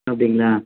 அப்படிங்களா